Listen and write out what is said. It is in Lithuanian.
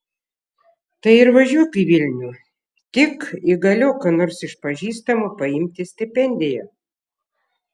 tai ir važiuok į vilnių tik įgaliok ką nors iš pažįstamų paimti stipendiją